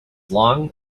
long